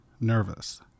nervous